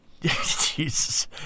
Jesus